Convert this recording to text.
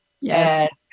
Yes